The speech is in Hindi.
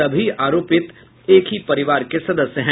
सभी आरोपित एक ही परिवार के सदस्य हैं